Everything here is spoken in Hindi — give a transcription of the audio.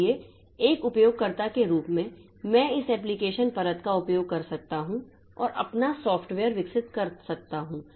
इसलिए एक उपयोगकर्ता के रूप में मैं इस एप्लिकेशन परत का उपयोग कर सकता हूं और अपना सॉफ़्टवेयर विकसित कर सकता हूं